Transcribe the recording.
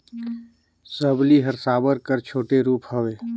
सबली हर साबर कर छोटे रूप हवे